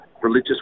religious